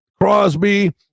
Crosby